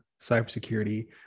cybersecurity